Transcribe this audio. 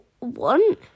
want